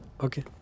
Okay